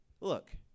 Look